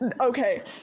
okay